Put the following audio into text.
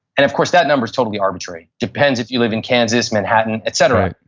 and of course that number is totally arbitrary depends if you live in kansas, manhattan et cetera.